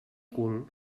cul